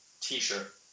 t-shirt